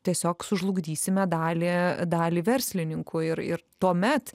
tiesiog sužlugdysime dalį dalį verslininkų ir ir tuomet